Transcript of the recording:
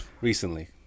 Recently